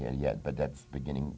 here yet but that's beginning